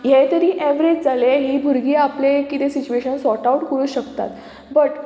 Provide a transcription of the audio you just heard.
हेंय तरी एवरेज जालें ही भुरगीं आपलें कितें सिच्युएशन सॉर्टआवट करूं शकतात बट